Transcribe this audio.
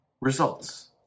results